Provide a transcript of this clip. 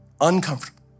uncomfortable